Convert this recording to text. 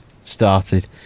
started